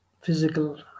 physical